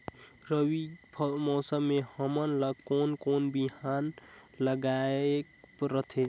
रबी मौसम मे हमन ला कोन कोन बिहान लगायेक रथे?